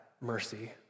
mercy